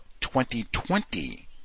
2020